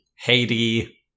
Haiti